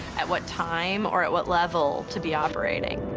at what time or at what level to be operating.